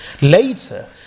Later